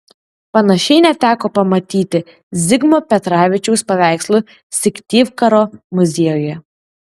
panašiai neteko pamatyti zigmo petravičiaus paveikslų syktyvkaro muziejuje